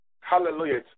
Hallelujah